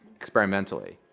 experimentally.